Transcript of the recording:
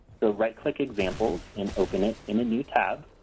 so right-click examples and open it in a new tab.